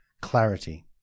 clarity